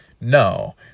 no